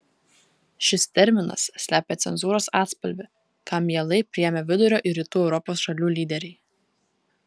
šis terminas slepia cenzūros atspalvį kam mielai priėmė vidurio ir rytų europos šalių lyderiai